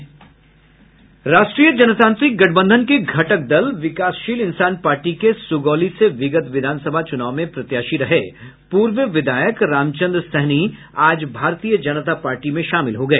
राष्ट्रीय जनतांत्रिक गठबंधन के घटक दल विकासशील इंसान पार्टी के सुगौली से विगत विधानसभा चुनाव में प्रत्याशी रहे पूर्व विधायक रामचंद्र सहनी आज भारतीय जनता पार्टी में शामिल हो गए